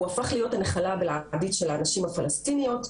הוא הפך להיות הנחלה הבלעדית של הנשים הפלשתינאיות.